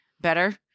better